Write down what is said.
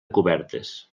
cobertes